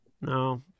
No